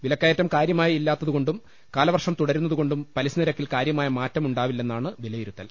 വിലക്കയറ്റം കാര്യമായി ഇല്ലാ ത്തതു കൊണ്ടും കാലവർഷം തുടരുന്നതു കൊണ്ടും പലിശ നിരക്കിൽ കാര്യമായ മാറ്റം ഉണ്ടാവില്ലെന്നാണ് വിലയിരുത്തൽ